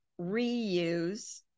reuse